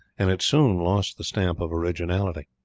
and it soon lost the stamp of originality.